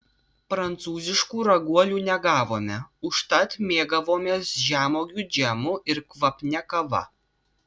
prancūziškų raguolių negavome užtat mėgavomės žemuogių džemu ir kvapnia kava